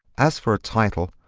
as for a title,